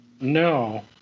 No